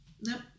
Nope